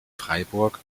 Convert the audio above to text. freiburg